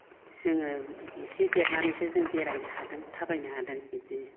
जोङो एसे देरनानैसो जों बेरायनो हादों थाबायनो हादों बिदि